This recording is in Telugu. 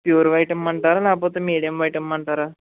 ప్యూర్ వైట్ ఇమ్మంటారా లేకపోతే మీడియం వైట్ ఇమ్మంటారా